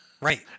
Right